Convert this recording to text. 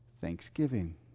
thanksgiving